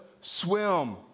swim